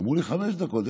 אמרו לי חמש דקות.